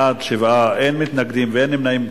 בעד 7, אין מתנגדים ואין נמנעים.